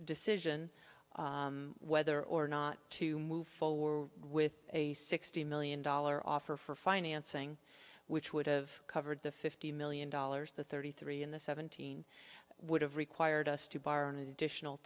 decision whether or not to move forward with a sixty million dollar offer for financing which would've covered the fifty million dollars the thirty three in the seventeen would have required us to borrow an additional